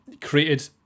created